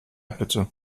bitte